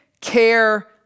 care